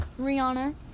Rihanna